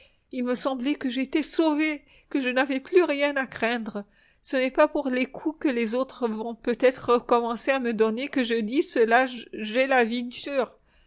il me semblait que j'étais sauvée que je n'avais plus rien à craindre ce n'est pas pour les coups que les autres vont peut-être recommencer à me donner que je dis cela j'ai la vie dure